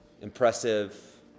Impressive